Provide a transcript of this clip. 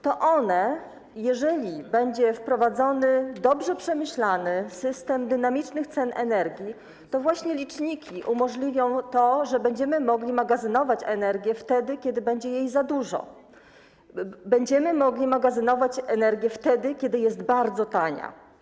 To one, jeżeli będzie wprowadzony dobrze przemyślany system dynamicznych cen energii, umożliwią to, że będziemy mogli magazynować energię wtedy, kiedy będzie jej za dużo, będziemy mogli magazynować energię wtedy, kiedy jest bardzo tania.